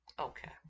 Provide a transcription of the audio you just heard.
Okay